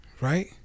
Right